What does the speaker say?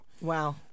Wow